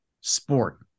sport